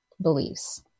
beliefs